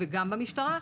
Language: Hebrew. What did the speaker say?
וגם במשטרה.